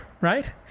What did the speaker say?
right